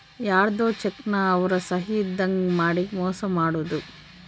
ಯಾರ್ಧೊ ಚೆಕ್ ನ ಅವ್ರ ಸಹಿ ಇದ್ದಂಗ್ ಮಾಡಿ ಮೋಸ ಮಾಡೋದು